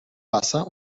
wasser